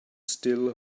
still